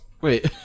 wait